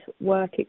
work